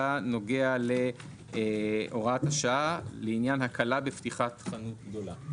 נוגע להוראת השעה לעניין הקלה בעניין חנות גדולה.